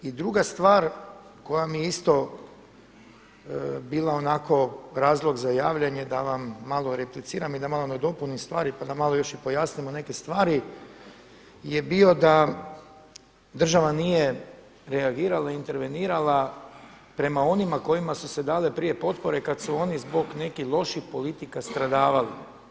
I druga stvar koja mi je isto bila onako razlog za javljanje da vam malo repliciram i da malo nadopunim stvari pa da malo još i pojasnimo neke stvari je bio da država nije reagirala, intervenirala prema onima kojima su se dale prije potpore kada su oni zbog nekih loših politika stradavali.